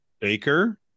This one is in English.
Baker